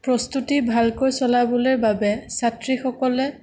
প্ৰস্তুতি ভালকৈ চলাবলৈ বাবে ছাত্ৰীসকলে